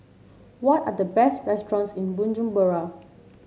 what are the best restaurants in Bujumbura